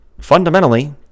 fundamentally